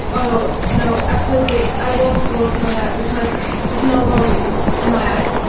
oh no, absolutely, i won't vote for her because it's no-go in my eyes.